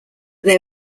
there